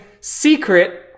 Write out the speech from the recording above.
secret